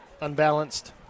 unbalanced